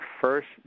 first